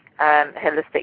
holistic